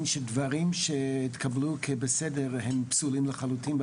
שדברים שהתקבלו כ"בסדר" הם פסולים לחלוטין,